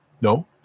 no